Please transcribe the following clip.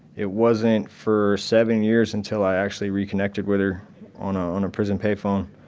it wasn't for seven years until i actually reconnected with her on on a prison payphone.